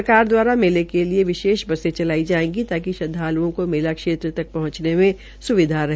सरकार द्वारा मेले के लिए विशेष बसे चलाई जायेंगी ताकि श्रदवालुओं को मेला क्षेत्र तक पहंचने में सुविधा रहे